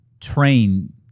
train